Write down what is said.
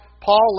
Paul